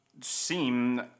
seem